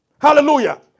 Hallelujah